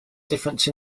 difference